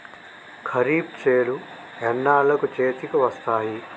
ఖరీఫ్ చేలు ఎన్నాళ్ళకు చేతికి వస్తాయి?